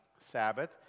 Sabbath